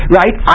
right